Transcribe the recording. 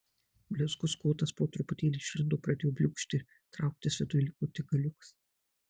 blizgus kotas po truputėlį išlindo pradėjo bliūkšti ir trauktis viduj liko tik galiukas